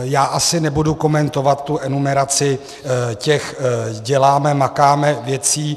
Já asi nebudu komentovat tu enumeraci těch dělámemakáme věcí.